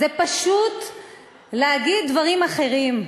זה פשוט להגיד דברים אחרים.